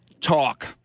Talk